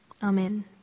Amen